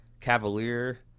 Cavalier